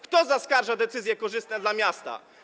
Kto zaskarża decyzje korzystne dla miasta?